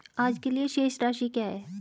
आज के लिए शेष राशि क्या है?